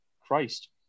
Christ